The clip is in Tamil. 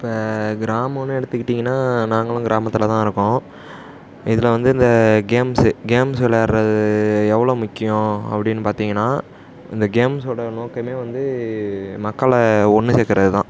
இப்போ கிராமம்னு எடுத்துக்கிட்டீங்கன்னா நாங்களும் கிராமத்தில் தான் இருக்கோம் இதில் வந்து இந்த கேம்ஸு கேம்ஸ் விளாடுறது எவ்வளோ முக்கியம் அப்படின்னு பார்த்தீங்கன்னா இந்த கேம்ஸோடய நோக்கமே வந்து மக்களை ஒன்று சேர்க்கறது தான்